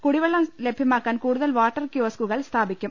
കുടിവെള്ളം ലഭ്യമാക്കാൻ കൂടുതൽ വാട്ടർ കിയോസ്കുകൾ സ്ഥാപി ക്കും